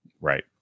right